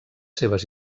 seves